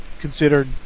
considered